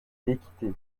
l’équité